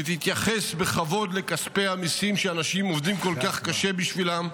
שתתייחס בכבוד לכספי המיסים שאנשים עובדים כל כך קשה בשבילם,